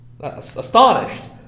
astonished